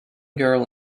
girl